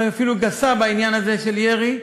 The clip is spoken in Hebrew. אפילו גסה בעניין הזה של ירי.